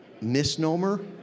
misnomer